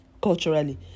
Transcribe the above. culturally